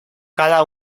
cada